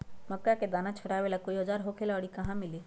मक्का के दाना छोराबेला कोई औजार होखेला का और इ कहा मिली?